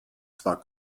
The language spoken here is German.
zwar